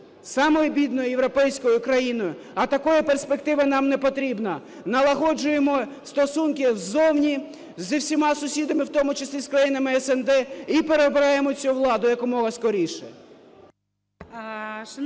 самою бідною європейською країною. А такої перспективи нам не потрібно. Налагоджуємо стосунки ззовні зі всіма сусідами, в тому числі з країнами СНД, і переобираємо цю владу якомога скоріше!